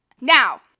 Now